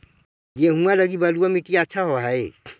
गेहुआ लगी बलुआ मिट्टियां अच्छा होव हैं?